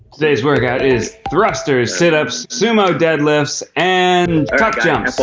today's workout is thrusters, sit ups, sumo dead lifts and tuck jumps.